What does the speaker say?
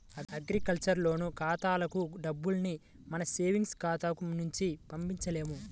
agriculture loan ఖాతాలకు డబ్బుని మన సేవింగ్స్ ఖాతాల నుంచి పంపించలేము